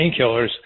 painkillers